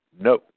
No